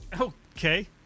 Okay